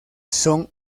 son